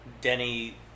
Denny